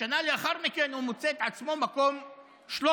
בשנה לאחר מכן הוא מוצא את עצמו במקום 13,